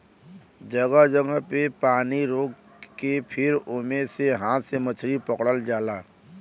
जगह जगह पे पानी रोक के फिर ओमे से हाथ से मछरी पकड़ल जाला